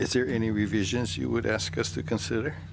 is there any revisions you would ask us to consider